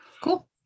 cool